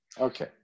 Okay